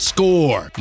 Score